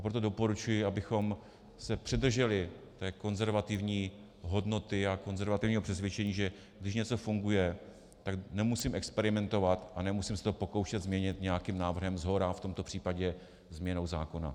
Proto doporučuji, abychom se přidrželi konzervativní hodnoty a konzervativního přesvědčení, že když něco funguje, tak nemusím experimentovat a nemusím se to pokoušet změnit nějakým návrhem shora, v tomto případě změnou zákona.